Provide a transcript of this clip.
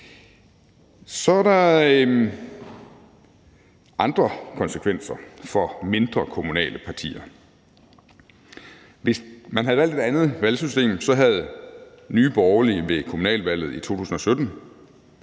Så er der andre konsekvenser for mindre, kommunale partier. Hvis man havde valgt et andet valgsystem, havde Nye Borgerlige ved kommunalvalget i 2017